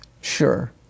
sure